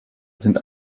sind